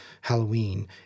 Halloween